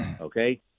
okay